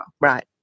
Right